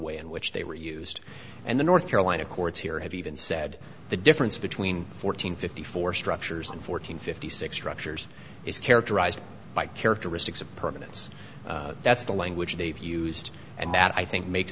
way in which they were used and the north carolina courts here have even said the difference between fourteen fifty four structures and fourteen fifty six structures is characterized by characteristics of permanence that's the language they've used and that i think makes